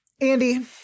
andy